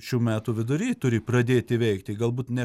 šių metų vidury turi pradėti veikti galbūt ne